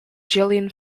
gillian